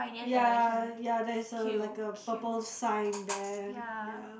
ya ya there's a like a purple sign then ya